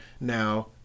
now